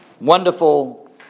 wonderful